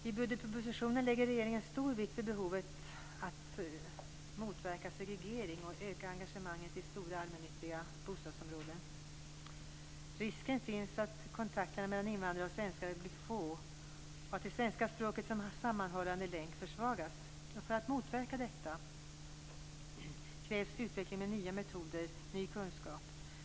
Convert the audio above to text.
I budgetpropositionen lägger regeringen stor vikt vid behovet av att motverka segregering och öka engagemanget i stora allmännyttiga bostadsområden. Risken finns att kontakterna mellan invandrare och svenskar blir få och att det svenska språket som sammanhållande länk försvagas. För att motverka detta krävs utveckling av nya metoder, ny kunskap.